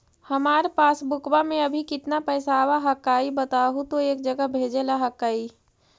हमार पासबुकवा में अभी कितना पैसावा हक्काई बताहु तो एक जगह भेजेला हक्कई?